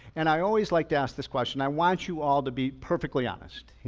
and i always like to ask this question. i want you all to be perfectly honest.